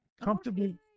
comfortably